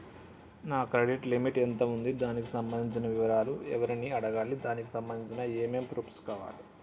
నా credit limit ఎంత ఉంది? దానికి సంబంధించిన వివరాలు ఎవరిని అడగాలి? దానికి సంబంధించిన ఏమేం ప్రూఫ్స్ కావాలి?